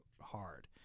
hard